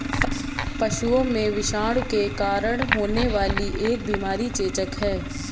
पशुओं में विषाणु के कारण होने वाली एक बीमारी चेचक है